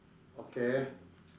okay